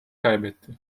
kaybetti